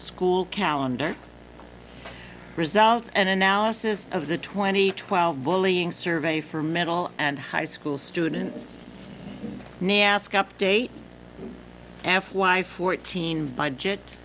school calendar results and analysis of the twenty twelve bullying survey for middle and high school students ask update why fourteen budget